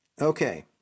Okay